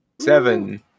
Seven